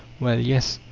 well, yes,